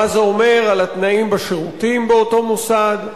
מה זה אומר על התנאים בשירותים באותו מוסד.